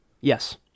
Yes